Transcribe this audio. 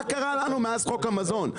מה קרה לנו מאז חוק המזון,